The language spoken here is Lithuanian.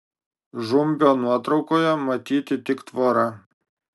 žumbio nuotraukoje matyti tik tvora